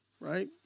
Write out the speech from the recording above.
right